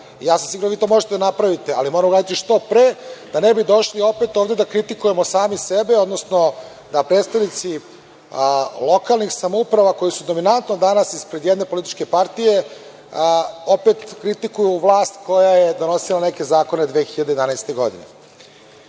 Ja sam siguran da vi to možete da napravite, ali morate to uraditi što pre, da ne bi došli opet ovde da kritikujemo sami sebe, odnosno da predstavnici lokalnih samouprava, koji su dominantno danas ispred jedne političke partije, opet kritikuju vlast koja je donosila neke zakone 2011. godine. Druga